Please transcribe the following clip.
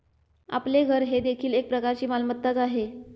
आपले घर हे देखील एक प्रकारची मालमत्ताच आहे